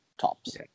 tops